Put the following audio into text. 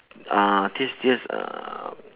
ah tastiest uh